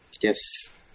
Yes